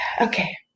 okay